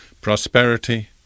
prosperity